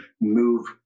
move